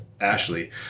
Ashley